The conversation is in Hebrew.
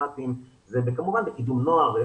מח"טים וכמובן בקידום נוער וכדומה.